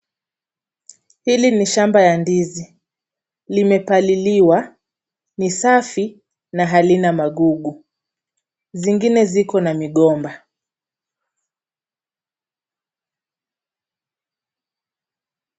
Hili ni shamba la ndizi. Limepaliliwa. Ni safi na halina magugu . Zingine ziko na migomba.